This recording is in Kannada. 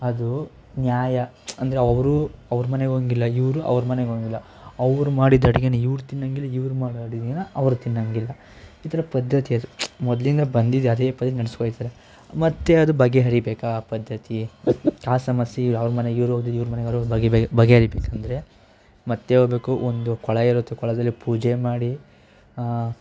ಅದು ನ್ಯಾಯ ಅಂದರೆ ಅವರು ಅವ್ರ ಮನೆಗೆ ಹೋಗಂಗಿಲ್ಲ ಇವ್ರು ಅವ್ರ ಮನೆಗೆ ಹೋಗಂಗಿಲ್ಲ ಅವ್ರು ಮಾಡಿದ ಅಡುಗೆನ ಇವ್ರು ತಿನ್ನೋಂಗಿಲ್ಲ ಇವ್ರು ಮಾಡಿದ ಅಡುಗೆನ ಅವ್ರು ತಿನ್ನೋಂಗಿಲ್ಲ ಈ ಥರ ಪದ್ಧತಿ ಅದು ಮೊದಲಿಂದ ಬಂದಿದ್ದು ಅದೇ ಪದ್ಧತಿ ನಡೆಸ್ಕೋಯ್ತಾರೆ ಮತ್ತು ಅದು ಬಗೆಹರಿಬೇಕಾ ಆ ಪದ್ಧತಿ ಆ ಸಮಸ್ಯೆ ಯಾವ ಮನೆಗೆ ಅವ್ರ ಮನೆಗೆ ಇವ್ರು ಹೋಗಂಗಿಲ್ಲ ಇವ್ರ ಮನೆಗೆ ಅವ್ರು ಹೋಗಂಗಿಲ್ಲ ಮನೆಗೆ ಬಗೆ ಬಗೆಹರಿಬೇಕೆಂದರೆ ಮತ್ತೆ ಹೋಗಬೇಕು ಒಂದು ಕೊಳ ಇರುತ್ತೆ ಕೊಳದಲ್ಲಿ ಪೂಜೆ ಮಾಡಿ